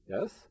yes